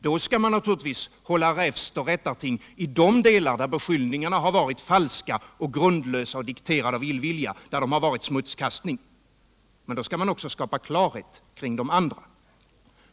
Då skall man naturligtvis hålla räfst och rättarting i de delar där beskyllningarna har varit falska och grundlösa och dikterade av illvilja, där det har varit smutskastning. Men då skall man också skapa klarhet kring de andra.